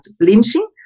lynching